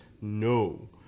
No